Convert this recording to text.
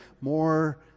more